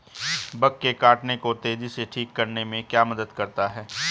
Bug के काटने को तेजी से ठीक करने में क्या मदद करता है?